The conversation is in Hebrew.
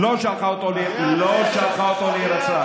היא לא שלחה אותו להירצח.